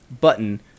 button